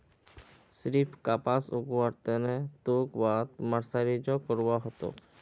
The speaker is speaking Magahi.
सिर्फ कपास उगाबो त नी ह तोक वहात मर्सराइजो करवा ह तोक